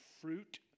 fruit